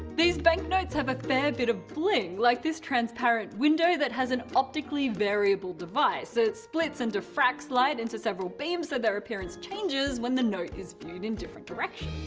these banknotes have a fair bit of bling, like this transparent window that has an optically variable device it splits and diffracts light into several beams, so their appearance changes when the note is viewed in different directions.